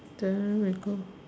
then we go